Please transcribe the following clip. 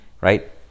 right